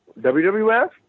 WWF